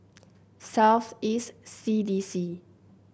South East C D C